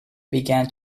began